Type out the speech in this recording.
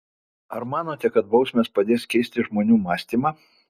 ar manote kad bausmės padės keisti žmonių mąstymą